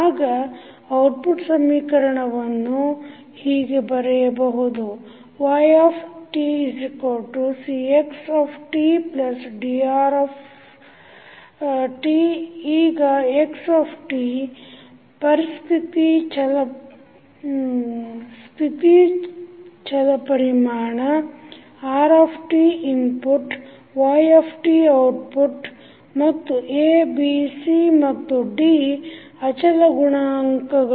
ಆಗ ಔಟ್ಪುಟ್ ಸಮೀಕರಣವನ್ನು ಹೀಗೆ ಬರೆಯಬಹುದುytcxtdrtಈಗ x ಸ್ಥತಿ ಛಲಪರಿಮಾಣ r ಇನ್ಪುಟ್ y ಔಟ್ಪುಟ್ ಮತ್ತು abc ಮತ್ತು d ಅಚಲ ಗುಣಾಂಕಗಳು